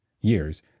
years